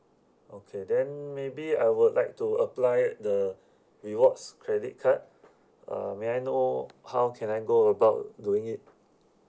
okay then maybe I would like to apply the rewards credit card uh may I know how can I go about doing it